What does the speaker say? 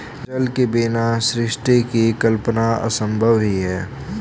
जल के बिना सृष्टि की कल्पना असम्भव ही है